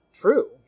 true